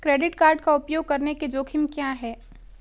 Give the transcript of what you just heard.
Credit card का उपयोग करने के जोखिम क्या हैं?